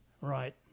right